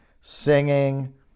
singing